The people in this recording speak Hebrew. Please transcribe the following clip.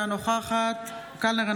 אינה נוכחת אריאל קלנר,